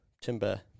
timber